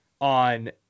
on